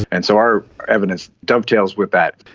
and so our evidence dovetails with that.